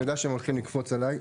אני יודע שהם הולכים לקפוץ עליי,